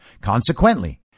Consequently